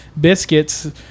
biscuits